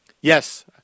Yes